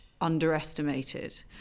underestimated